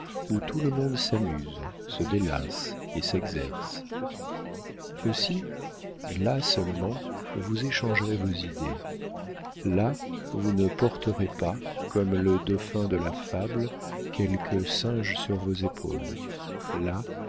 où tout le monde s'amuse se délasse et s'exerce aussi là seulement vous échangerez vos idées là vous ne porterez pas comme le dauphin de la fable quelque singe sur vos épaules là